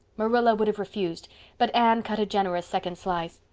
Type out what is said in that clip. marilla would have refused but anne cut a generous second slice.